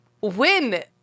win